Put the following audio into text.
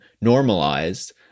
normalized